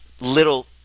little